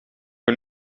een